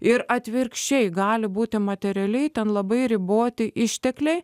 ir atvirkščiai gali būti materialiai ten labai riboti ištekliai